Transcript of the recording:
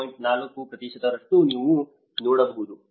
4 ರಷ್ಟು ನೀವು ನೋಡಬಹುದು